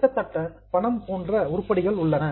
கிட்டத்தட்ட பணம் போன்ற ஐட்டம்ஸ் உருப்படிகள் உள்ளன